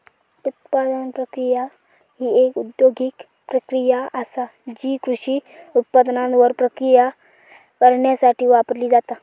उत्पादन प्रक्रिया ही एक औद्योगिक प्रक्रिया आसा जी कृषी उत्पादनांवर प्रक्रिया करण्यासाठी वापरली जाता